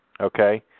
Okay